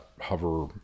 hover